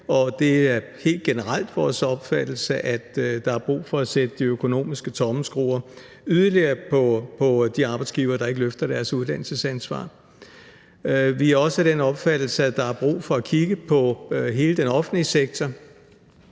det er helt generelt vores opfattelse, at der er brug for at sætte de økonomiske tommelskruer yderligere på de arbejdsgivere, der ikke løfter deres uddannelsesansvar. Vi er også af den opfattelse, at der er brug for at kigge på hele den offentlige sektor.